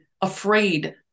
afraid